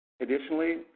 Additionally